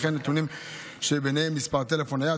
והן נתונים שבהם מספר טלפון נייד,